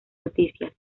noticias